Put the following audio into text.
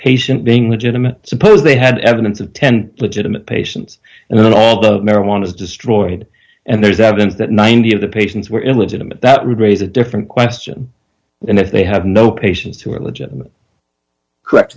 patient being legitimate suppose they had evidence of ten legitimate patients and then all the marijuana is destroyed and there's evidence that ninety of the patients were illegitimate that raise a different question and if they have no patients who are legitimate correct